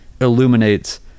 illuminates